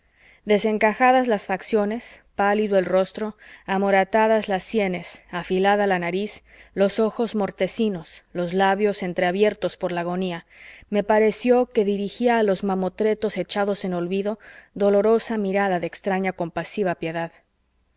desencajadas las facciones pálido el rostro amoratadas las sienes afilada la nariz los ojos mortecinos los labios entreabiertos por la agonía me pareció que dirigía a los mamotretos echados en olvido dolorosa mirada de extraña compasiva piedad